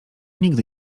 nigdy